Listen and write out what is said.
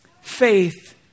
Faith